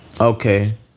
Okay